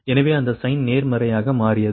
எனவே அந்த சைன் நேர்மறையாக மாறியது